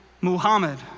muhammad